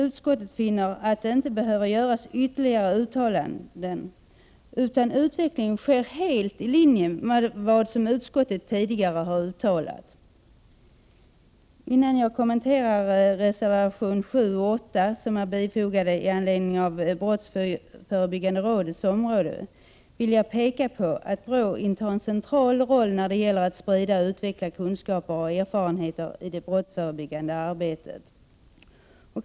Utskottet finner att det inte behöver göras ytterligare uttalanden. Utvecklingen sker helt i linje med vad utskottet tidigare har uttalat. Innan jag kommenterar reservation 7 och 8 som bifogats i anledning av brottsförebyggande rådets område, vill jag påpeka att BRÅ intar en central roll när det gäller att sprida och utveckla kunskaper och erfarenheter i det brottsförebyggande arbetet.